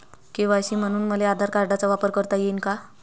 KYC म्हनून मले आधार कार्डाचा वापर करता येईन का?